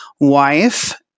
wife